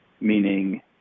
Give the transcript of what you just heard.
meaning